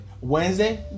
Wednesday